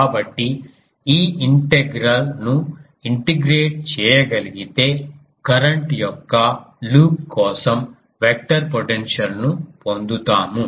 కాబట్టి ఈ ఇంటెగ్రల్ ను ఇంటిగ్రేట్ చేయగలిగితే కరెంట్ యొక్క లూప్ కోసం వెక్టర్ పొటెన్షియల్ ను పొందుతాము